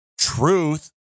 truth